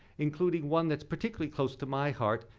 including one that's particularly close to my heart,